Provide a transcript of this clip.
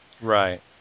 Right